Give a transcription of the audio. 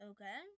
Okay